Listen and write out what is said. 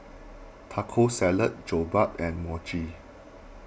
Taco Salad Jokbal and Mochi